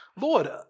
Lord